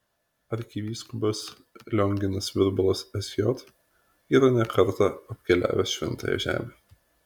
arkivyskupas lionginas virbalas sj yra ne kartą apkeliavęs šventąją žemę